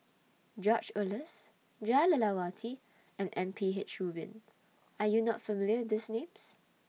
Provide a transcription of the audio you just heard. George Oehlers Jah Lelawati and M P H Rubin Are YOU not familiar with These Names